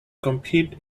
compete